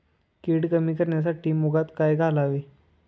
कीड कमी करण्यासाठी मुगात काय घालावे?